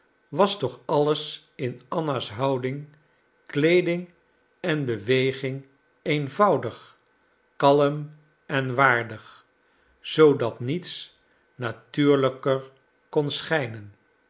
was toch alles in anna's houding kleeding en beweging eenvoudig kalm en waardig zoodat niets natuurlijker kon schijnen